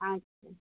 আচ্ছা